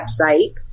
website